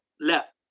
Left